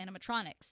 animatronics